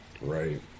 Right